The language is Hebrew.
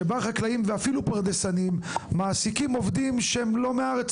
שבה חקלאים ואפילו פרדסנים מעסיקים עובדים שהם לא מהארץ,